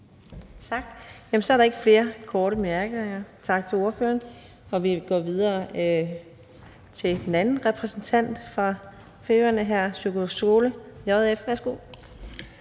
Tak. Så er der ikke flere korte bemærkninger. Tak til ordføreren. Og vi går videre til den anden repræsentant fra Færøerne, hr. Sjúrður Skaale, JF. Værsgo.